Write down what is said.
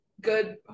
good